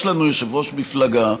יש לנו יושב-ראש מפלגה,